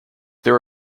there